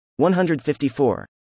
154